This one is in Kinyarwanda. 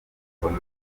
ijambo